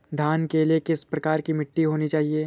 धान के लिए किस प्रकार की मिट्टी होनी चाहिए?